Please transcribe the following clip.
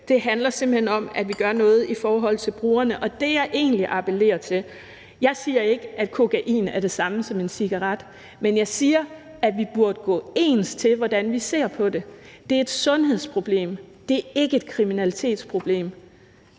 Det handler simpelt hen om, at vi gør noget i forhold til brugerne. Og det er det, jeg egentlig appellerer til. Jeg siger ikke, at kokain er det samme som en cigaret, men jeg siger, at vi burde gå ens til, hvordan vi ser på det. Det er et sundhedsproblem, det er ikke et kriminalitetsproblem.